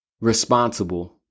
responsible